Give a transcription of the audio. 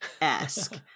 esque